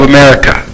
America